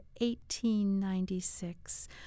1896